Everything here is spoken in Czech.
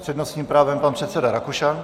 S přednostním právem pan předseda Rakušan.